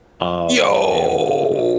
Yo